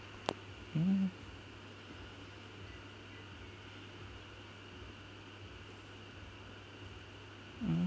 mm mm